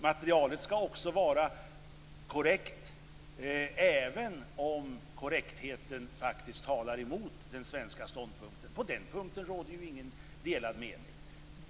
Materialet skall också vara korrekt även om det faktiskt talar emot den svenska ståndpunkten. På den punkten råder det ingen delad mening.